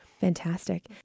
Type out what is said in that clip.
Fantastic